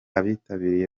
abitabiriye